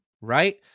right